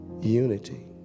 unity